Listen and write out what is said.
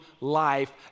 life